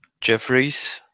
Jeffries